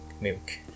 Milk